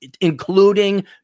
including